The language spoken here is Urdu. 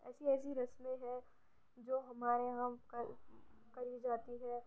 ایسی ایسی رسمیں ہے جو ہمارے یہاں کری جاتی ہے